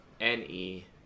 NE